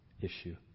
issue